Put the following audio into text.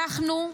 אנחנו,